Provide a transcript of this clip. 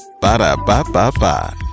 Ba-da-ba-ba-ba